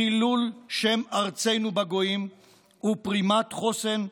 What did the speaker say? חילול שם ארצנו בגויים ופרימת חוסן,